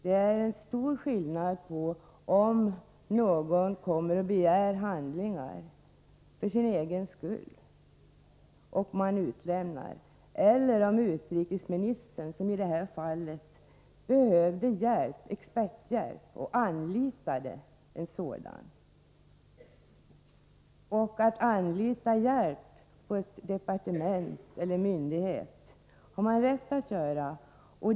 Det är emellertid stor skillnad, om man utlämnar handlingar till någon som begär dem för eget bruk eller om utrikesministern, som i det här fallet behövde experthjälp, anlitar en expert. Att anlita hjälp har ett departement eller en myndighet rätt till.